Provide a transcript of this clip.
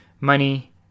money